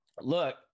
look